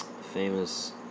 famous